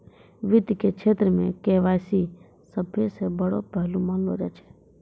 वित्त के क्षेत्र मे के.वाई.सी सभ्भे से बड़ो पहलू मानलो जाय छै